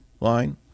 line